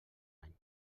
any